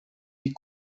die